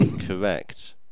Correct